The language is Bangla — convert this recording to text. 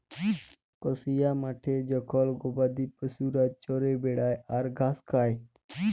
কসিয়া মাঠে জখল গবাদি পশুরা চরে বেড়ায় আর ঘাস খায়